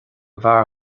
bhfear